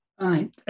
Right